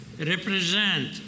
Represent